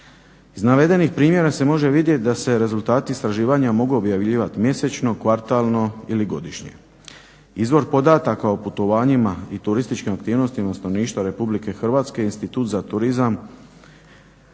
Iz navedenih primjera se može vidjet da se rezultati istraživanja mogu objavljivat mjesečno, kvartalno ili godišnje. Izvor podataka o putovanjima i turističkim aktivnostima stanovništva Republike Hrvatske Institut za turizam